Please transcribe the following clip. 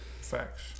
facts